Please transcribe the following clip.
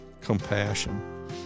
compassion